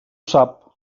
sap